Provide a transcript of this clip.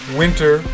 winter